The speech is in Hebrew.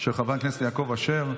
של חבר הכנסת יעקב אשר,